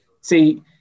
see